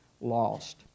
lost